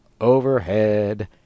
overhead